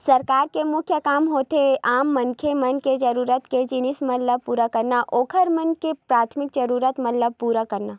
सरकार के मुख्य काम होथे आम मनखे मन के जरुरत के जिनिस मन ल पुरा करना, ओखर मन के पराथमिक जरुरत मन ल पुरा करना